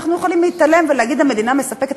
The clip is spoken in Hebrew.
אנחנו יכולים להתעלם ולהגיד: המדינה מספקת.